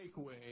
takeaway